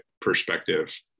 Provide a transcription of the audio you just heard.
perspective